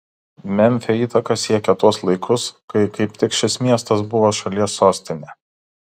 memfio įtaka siekė tuos laikus kai kaip tik šis miestas buvo šalies sostinė